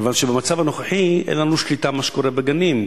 כיוון שבמצב הנוכחי אין לנו שליטה על מה שקורה בגנים,